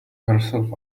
herself